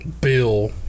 bill